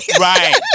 right